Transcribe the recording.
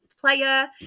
player